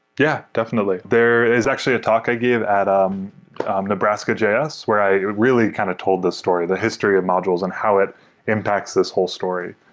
yeah, definitely. there is actually a talk i give at um um nebraska js where i really kind of told this story, the history of modules and how it impacts this whole story.